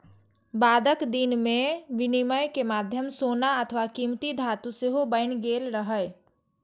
बादक दिन मे विनिमय के माध्यम सोना अथवा कीमती धातु सेहो बनि गेल रहै